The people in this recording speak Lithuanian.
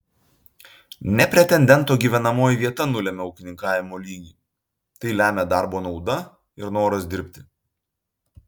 ne pretendento gyvenamoji vieta nulemia ūkininkavimo lygį tai lemia darbo nauda ir noras dirbti